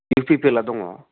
U P P एलआ दङ